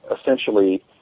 essentially